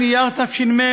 שניתן לקופות החולים,